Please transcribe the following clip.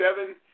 seven